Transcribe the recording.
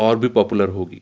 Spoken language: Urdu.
اور بھی پاپولر ہوگی